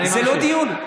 זה לא דיון.